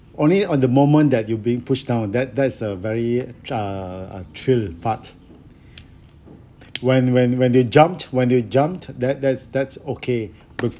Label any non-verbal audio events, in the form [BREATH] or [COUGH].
only on the moment that you being pushed down that that is uh very uh uh thrill part [BREATH] when when when they jumped when they jumped that that's that's okay [BREATH] look